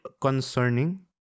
concerning